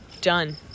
Done